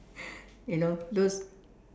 you know those